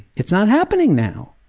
it's not happening now.